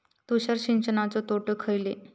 तुषार सिंचनाचे तोटे खयले?